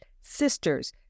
sisters